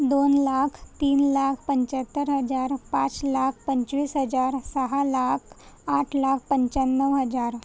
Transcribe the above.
दोन लाख तीन लाख पंच्याहत्तर हजार पाच लाख पंचवीस हजार सहा लाख आठ लाख पंच्याण्णव हजार